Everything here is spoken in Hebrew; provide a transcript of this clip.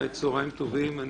צהריים טובים.